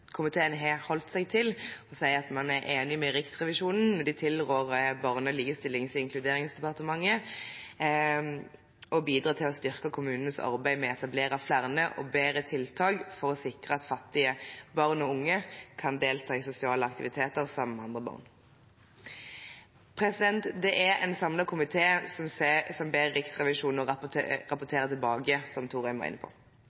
Komiteen har holdt seg til å si at man er enig med Riksrevisjonen når de tilrår Barne-, likestillings- og inkluderingsdepartementet å bidra til å styrke kommunenes arbeid med å etablere flere og bedre tiltak for å sikre at fattige barn og unge kan delta i sosiale aktiviteter sammen med andre barn. Det er en samlet komité som ber Riksrevisjonen rapportere tilbake, som Thorheim var inne på,